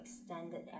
extended